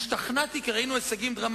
שאתה עומד בפרץ כדי לא להפעיל.